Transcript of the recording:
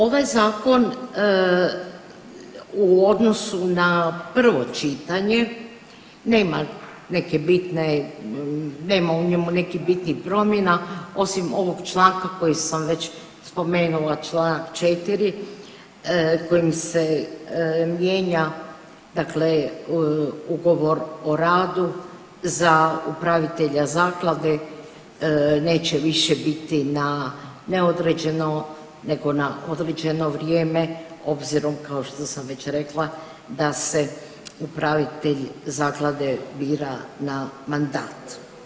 Ovaj zakon u odnosu na prvo čitanje nema neke bitne nema u njemu nekih bitnih promjena, osim ovog članka koji sam već spomenula čl. 4. kojim se mijenja ugovor o radu za upravitelja zaklade neće više biti na neodređeno nego na određeno vrijeme, obzirom kao što sam već rekla da se upravitelj zaklade bira na mandat.